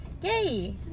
yay